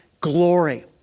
glory